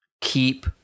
keep